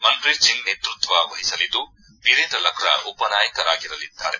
ಮನ್ಪ್ರೀತ್ ಸಿಂಗ್ ನೇತೃತ್ವ ವಹಿಸಲಿದ್ದು ಬೀರೇಂದ್ರ ಲಕ್ರಾ ಉಪನಾಯಕರಾಗಿರಲಿದ್ದಾರೆ